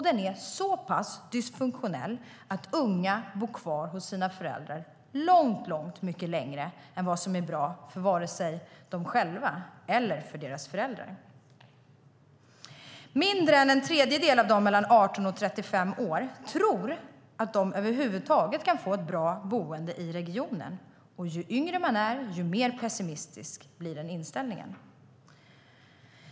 Den är så pass dysfunktionell att unga bor kvar hos sina föräldrar mycket längre än vad som är bra för dem själva och deras föräldrar. Mindre än en tredjedel av dem mellan 18 och 35 år tror att de över huvud taget kan få ett bra boende i regionen, och ju yngre man är, desto mer pessimistisk är inställningen.